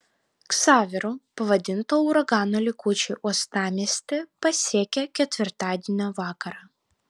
ksaveru pavadinto uragano likučiai uostamiestį pasiekė ketvirtadienio vakarą